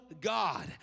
God